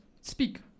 speak